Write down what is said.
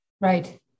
Right